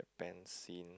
~pan scene